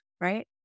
right